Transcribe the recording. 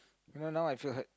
now I feel hurt